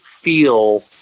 feel